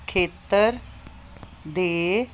ਖੇਤਰ ਦੇ